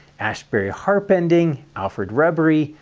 asbury harpending, alfred rubery,